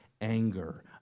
anger